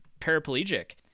paraplegic